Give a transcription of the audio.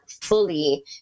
fully